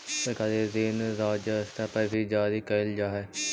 सरकारी ऋण राज्य स्तर पर भी जारी कैल जा हई